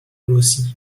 رسی